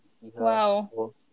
Wow